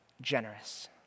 generous